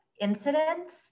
incidents